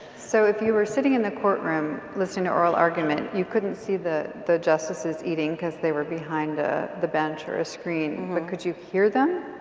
so if you were sitting in the courtroom listening to oral arguments, you couldn't see the the justices eating because they were behind ah the bench or a screen but could you hear them?